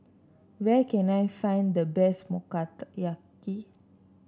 where can I find the best